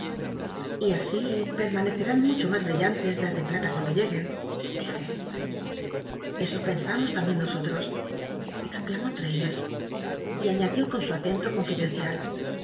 y así parcccnn mucho mas brillantes la de plata cuando lleguen dije eso pensamos l mbien nosolos exclamó addlcs y aiíatlió con su acento conlldcncial